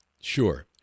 Sure